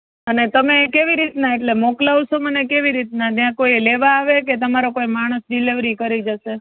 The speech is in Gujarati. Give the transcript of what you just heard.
અને તમે કેવી રીતના એટલે મોકલાવશો મને કેવી રીતના ત્યાં કોઈ લેવા આવે કે તમારો કોઈ માણસ ડિલેવરી કરી જશે